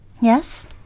Yes